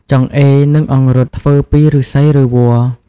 ចង្អេរ និងអង្រុត ធ្វើពីឫស្សីឬវល្លិ។